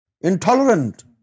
Intolerant